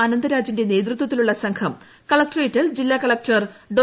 അനന്തരാജിന്റെ നേതൃത്വത്തിലുള്ള സംഘം കളക്ട്രേറ്റിൽ ജില്ലാ കളക്ടർ ഡോ